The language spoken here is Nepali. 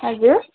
हजुर